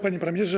Panie Premierze!